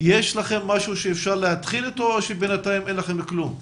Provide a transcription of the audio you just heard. יש לכם משהו שאפשר להתחיל אתו או שבינתיים אין לכם כלום?